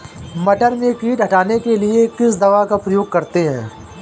मटर में कीट हटाने के लिए किस दवा का प्रयोग करते हैं?